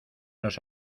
nos